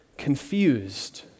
confused